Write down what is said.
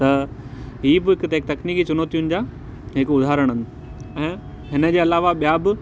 त हीअ बि हिक तकनिकी चुनौतियुनि जा हिक उदाहरण आहिनि ऐं हिनजे अलावा ॿिया बि